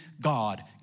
God